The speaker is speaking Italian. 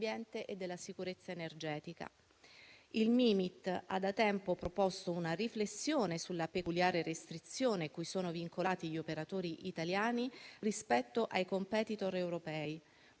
e della sicurezza energetica. Il Mimit ha da tempo proposto una riflessione sulla peculiare restrizione cui sono vincolati gli operatori italiani rispetto ai *competitor* europei,